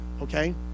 okay